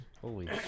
Holy